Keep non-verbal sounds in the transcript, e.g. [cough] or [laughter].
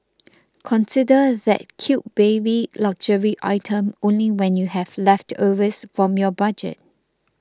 [noise] consider that cute baby luxury item only when you have leftovers from your budget